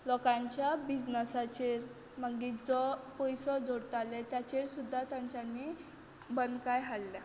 लोकांच्या बिजनसाचेर मागीर जो पयसो जोडटाले ताचेर सुद्दां तांच्यांनी बंदकाय हाडल्या